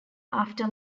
after